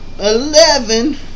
Eleven